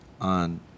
on